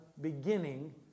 beginning